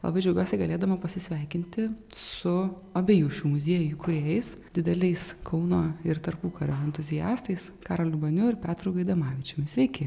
labai džiaugiuosi galėdama pasisveikinti su abiejų šių muziejų įkūrėjais dideliais kauno ir tarpukario entuziastais karoliu baniu ir petru gaidamavičiumi sveiki